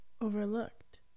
Overlooked